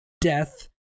Death